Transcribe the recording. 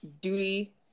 duty